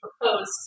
proposed